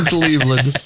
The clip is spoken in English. Cleveland